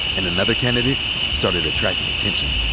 and another candidate started attracting attention.